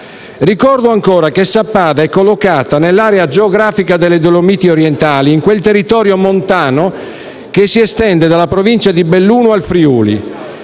Ricordo ancora che Sappada è collocata nell'area geografica delle Dolomiti orientali, in quel territorio montano che si estende dalla Provincia di Belluno al Friuli,